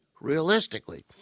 realistically